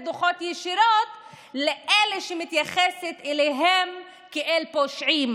דוחות ישירות לאלה שהיא מתייחסת אליהם כאל פושעים?